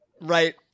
right